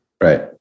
Right